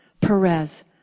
Perez